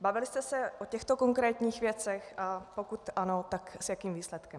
Bavili jste se o těchto konkrétních věcech, a pokud ano, tak s jakým výsledkem?